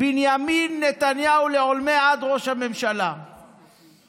בנימין נתניהו ראש הממשלה לעולמי עד.